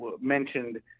mentioned